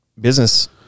business